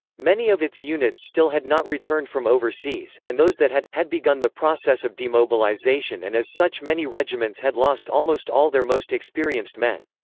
many of its units still had not returned from overseas, and those that had, had begun the process of demobilisation and as such many regiments had lost almost all their most experienced men.